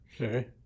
Okay